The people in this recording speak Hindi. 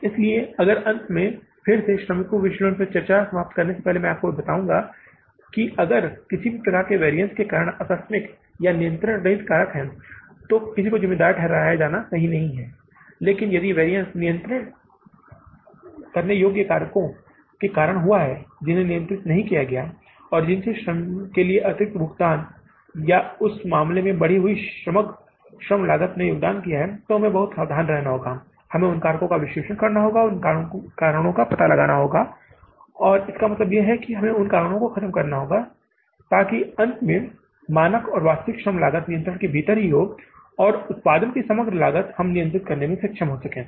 इसलिए अगर अंत में फिर से श्रमिक विचलनों पर चर्चा समाप्त करने से पहले मैं फिर से बताऊंगा कि अगर किसी भी प्रकार के वैरिअन्स के कारण आकस्मिक या नियंत्रण रहित कारक हैं तो किसी को जिम्मेदार नहीं ठहराया जाना चाहिए लेकिन यदि वैरिअन्स नियंत्रणीय कारकों और उन कारकों के कारण जिन्हे नियंत्रित नहीं किया गया है और जिसने श्रम के लिए अतिरिक्त भुगतान या उस मामले में बढ़ी हुई समग्र श्रम लागत में योगदान दिया है हमें बहुत सावधान रहना होगा हमें उन कारणों का विश्लेषण करना होगा और हमें उन कारणों का पता लगाना होगा और हमें उन कारणों का पता लगाना होगा इसका मतलब है कि उन कारणों को खत्म करें ताकि अंत में मानक और वास्तविक श्रम लागत नियंत्रण के भीतर ही हो और हम अंततः उत्पादन की समग्र लागत को नियंत्रित करने में सक्षम हों